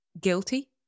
guilty